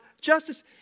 justice